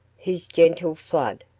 whose gentle flood,